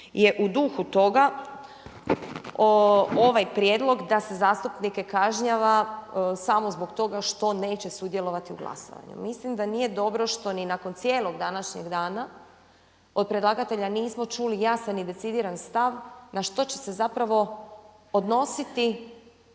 je u duhu toga ovaj prijedlog da se zastupnike kažnjava samo zbog toga što neće sudjelovati u glasovanju. Mislim da nije dobro što ni nakon cijelog današnjeg dana od predlagatelja nismo čuli jasan i decidiran stav na što će se zapravo odnositi